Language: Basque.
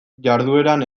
jardueran